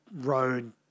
road